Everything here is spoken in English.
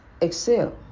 excel